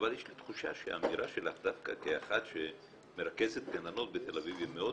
אבל יש תחושה שהאמירה שלך דווקא כאחת שמרכזת גננות בתל אביב,